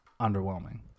underwhelming